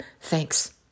Thanks